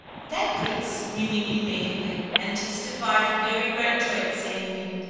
that prince knew me immediately, and testified very great joy at seeing me.